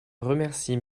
remercie